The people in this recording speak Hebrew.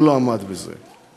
הוא לא עמד בזה.